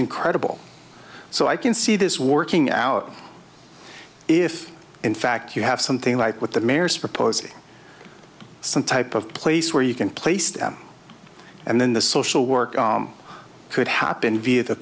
incredible so i can see this working out if in fact you have something like what the mayor is proposing some type of place where you can place them and then the social work could happen via the